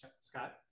Scott